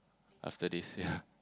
after this ya